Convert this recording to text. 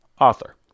author